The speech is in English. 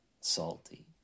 salty